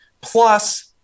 plus